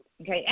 Okay